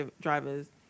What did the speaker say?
drivers